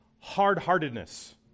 hard-heartedness